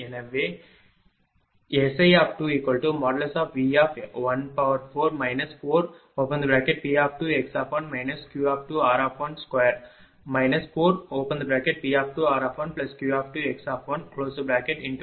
எனவே SI2|V|4 4P2x1 Q2r12 4P2r1Q2x1|V|2